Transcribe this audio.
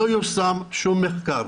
לא יושם שום מחקר.